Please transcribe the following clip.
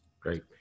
Great